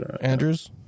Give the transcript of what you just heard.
Andrews